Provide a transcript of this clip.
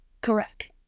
Correct